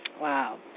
Wow